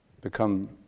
become